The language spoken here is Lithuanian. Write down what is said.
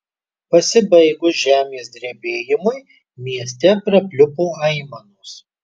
pasibaigus žemės drebėjimui mieste prapliupo aimanos